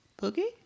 Boogie